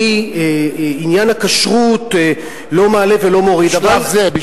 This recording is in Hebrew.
אני, עניין הכשרות לא מעלה ולא מוריד, בשלב זה.